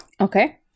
Okay